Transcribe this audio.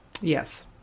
Yes